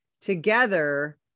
together